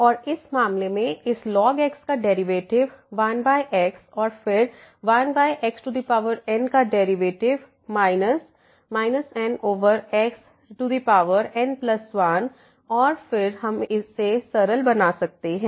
और इस मामले में इस this ln x का डेरिवेटिव 1x और फिर 1xn का डेरिवेटिव माइनस nxn1 और फिर हम इसे सरल बना सकते हैं